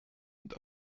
und